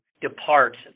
depart